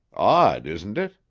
odd, isn't it?